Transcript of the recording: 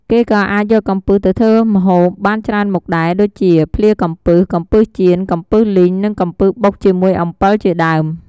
គេក៏អាចយកកំពឹសទៅធ្វើម្ហូបបានច្រើនមុខដែរ ដូចជា ភ្លាកំពឹស កំពឹសចៀន កំពឹសលីង និងកំពឹសបុកជាមួយអំពិលជាដើម។